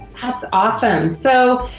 that's awesome. so,